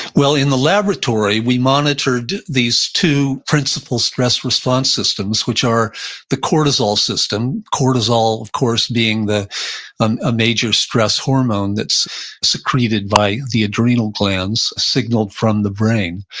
well, in the laboratory, we monitored these two principles stress response systems, which are the cortisol system. cortisol, of course, being a and ah major stress hormone that's secreted by the adrenal glands signaled from the brain.